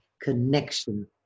connection